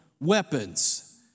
weapons